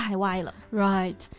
Right